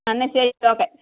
എന്നാൽ ശരി ഓക്കെ